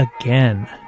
again